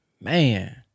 Man